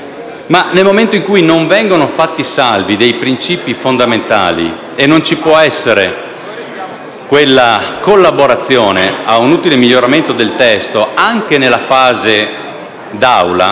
Ma, nel momento in cui non vengono fatti salvi dei principi fondamentali e non ci può essere quella collaborazione a un utile miglioramento del testo, anche nella fase d'Assemblea,